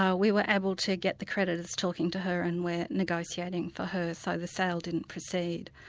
ah we were able to get the creditors talking to her and we're negotiating for her, so the sale didn't proceed.